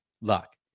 luck